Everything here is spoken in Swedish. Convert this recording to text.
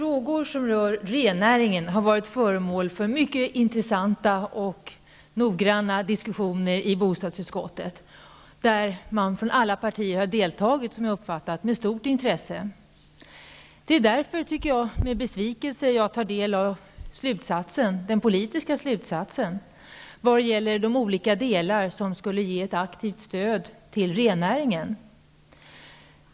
Herr talman! Frågan om rennäringen har varit föremål för mycket intressanta och noggranna diskussioner i bostadsutskottet, där alla partier har deltagit, som jag har uppfattat det, med stort intresse. Det är därför med besvikelse som jag tar del av den politiska slutsatsen vad gäller de olika delar som skulle ge ett aktivt stöd till rennäringen.